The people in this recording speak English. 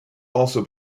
also